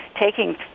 taking